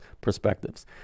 perspectives